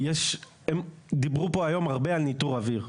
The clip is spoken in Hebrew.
הם דיברו פה היום הרבה על ניטור אוויר,